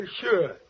Sure